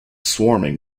swarming